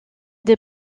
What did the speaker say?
des